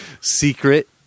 secret